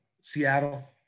Seattle